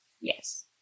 yes